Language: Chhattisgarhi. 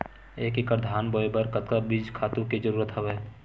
एक एकड़ धान बोय बर कतका बीज खातु के जरूरत हवय?